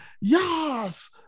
yes